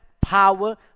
power